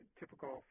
typical